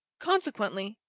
consequently,